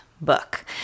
book